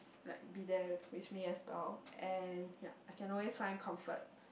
like be there with me as well and ya I can always find comfort